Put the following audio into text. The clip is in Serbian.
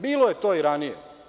Bilo je to i ranije.